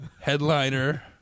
headliner